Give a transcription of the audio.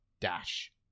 dash